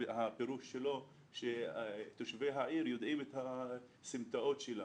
שהפירוש שלו הוא שתושבי העיר יודעים את הסמטאות שלה,